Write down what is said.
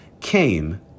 came